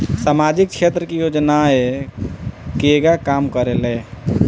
सामाजिक क्षेत्र की योजनाएं केगा काम करेले?